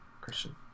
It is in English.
christian